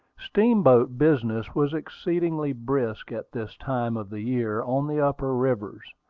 steamboat business was exceedingly brisk at this time of the year on the upper rivers,